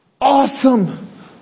awesome